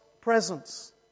presence